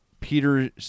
Peter